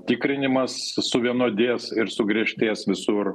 tikrinimas suvienodės ir sugriežtės visur